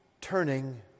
turning